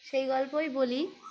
সেই গল্পই বলি